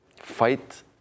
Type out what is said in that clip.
fight